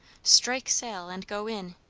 strike sail, and go in!